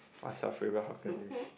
what's your favourite hawker dish